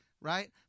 right